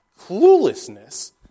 cluelessness